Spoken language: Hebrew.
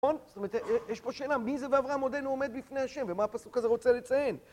זאת אומרת, יש פה שאלה, מי זה באברהם עודנו עומד בפני ה' ומה הפסוק הזה רוצה לציין?